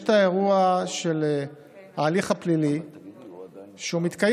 יש את האירוע של ההליך הפלילי, שמתקיים,